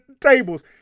tables